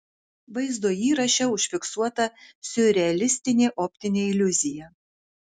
vaizdo įraše užfiksuota siurrealistinė optinė iliuzija